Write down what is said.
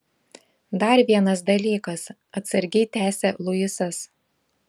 dar vienas dalykas atsargiai tęsia luisas